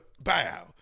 bow